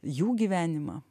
jų gyvenimą